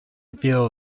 feel